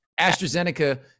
AstraZeneca